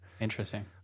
Interesting